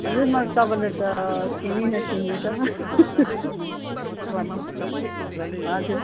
हजुर मैले तपाईँलाई त चिनिनँ चिन्नु त भन्नु हजुर